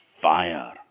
fire